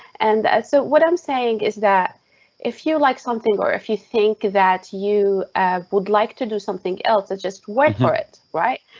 and so what i'm saying is that if you like something, or if you think that you would like to do something else or just wait for it, right?